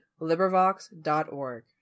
LibriVox.org